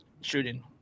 shooting